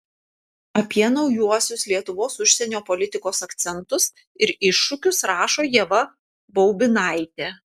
apie naujuosius lietuvos užsienio politikos akcentus ir iššūkius rašo ieva baubinaitė